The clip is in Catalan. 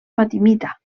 fatimita